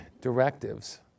directives